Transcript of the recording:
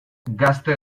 gazte